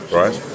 right